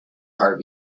heart